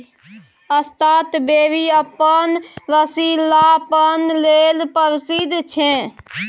strawberry अपन रसीलापन लेल प्रसिद्ध छै